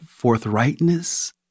forthrightness